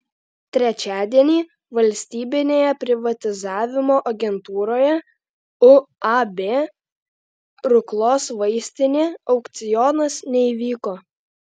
trečiadienį valstybinėje privatizavimo agentūroje uab ruklos vaistinė aukcionas neįvyko